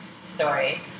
story